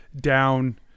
down